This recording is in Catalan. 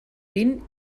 vint